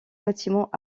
bâtiments